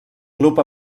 club